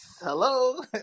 Hello